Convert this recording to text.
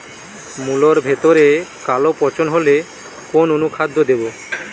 মুলোর ভেতরে কালো পচন হলে কোন অনুখাদ্য দেবো?